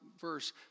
verse